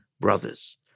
brothers